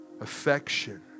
affection